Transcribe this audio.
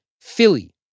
Philly